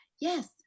Yes